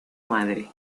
madre